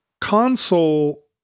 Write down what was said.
console